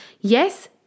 Yes